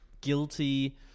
guilty